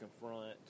confront